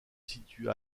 situe